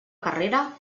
carrera